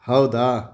ಹೌದ